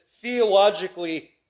theologically